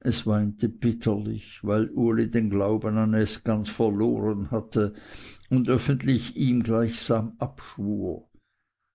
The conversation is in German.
es weinte bitterlich weil uli den glauben an es ganz verloren hatte und öffentlich ihm gleichsam abschwur